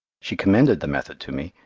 she commended the method to me,